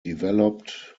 developed